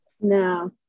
No